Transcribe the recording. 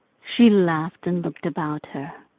she laughed and looked about her.